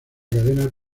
cadena